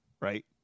right